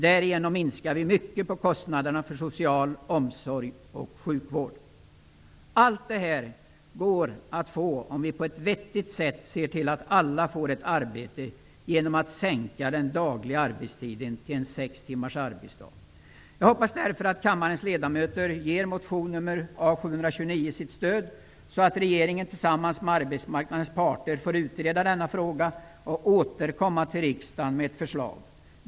Därigenom minskar vi mycket kostnaderna för social omsorg och sjukvård. Allt detta går att få om vi på ett vettigt sätt ser till att alla får ett arbete, nämligen genom att sänka den dagliga arbetstiden till sex timmar. Jag hoppas därför att kammarens ledamöter ger motion A729 sitt stöd, så att regeringen tillsammans med arbetsmarknadens parter får utreda denna fråga och återkomma till riksdagen med ett förslag.